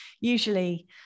usually